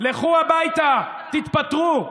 לכו הביתה, תתפטרו כולכם.